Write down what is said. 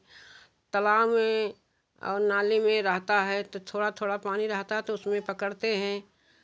तालाब में और नाली में रहता है तो थोड़ा थोड़ा पानी रहता है तो उसमें पकड़ते हैं